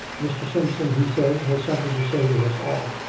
mr. simpson, he said, has something to say to us all.